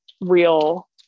real